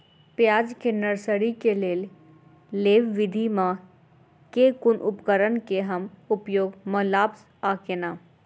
प्याज केँ नर्सरी केँ लेल लेव विधि म केँ कुन उपकरण केँ हम उपयोग म लाब आ केना?